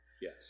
Yes